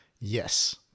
Yes